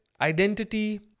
identity